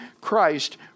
Christ